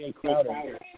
Crowder